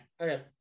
okay